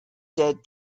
dead